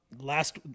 last